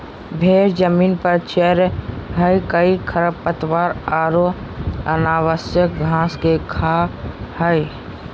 भेड़ जमीन पर चरैय हइ कई खरपतवार औरो अनावश्यक घास के खा हइ